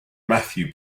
matthew